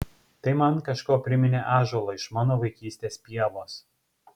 tai man kažkuo priminė ąžuolą iš mano vaikystės pievos